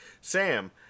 Sam